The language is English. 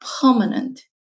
permanent